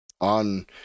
on